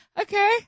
okay